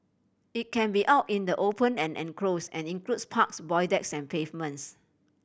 it can be out in the open and enclosed and includes parks void decks and pavements